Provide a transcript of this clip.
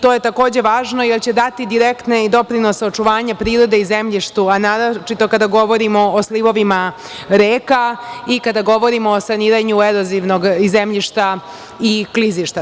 To je takođe važno, jer će dati direktni doprinos očuvanja prirode i zemljišta, a naročito kada govorimo o slivovima reka i kada govorimo o saniranju erozivnog zemljišta i klizišta.